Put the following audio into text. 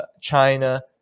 China